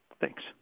Thanks